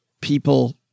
people